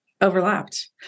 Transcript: overlapped